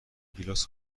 گیلاس